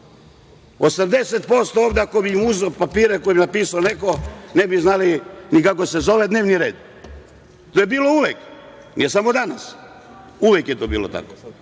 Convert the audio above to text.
80%, ako bi im uzeo papire koje im je napisao neko, ne bi znali ni kako se zove dnevni red. To je bilo uvek, nije samo danas. Uvek je to bilo tako.